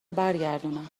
برگردونم